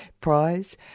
Prize